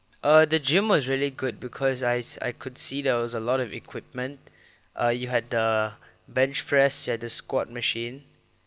uh the gym was really good because I I could see there was a lot of equipment uh you had the bench press you have the squat machine